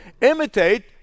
Imitate